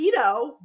keto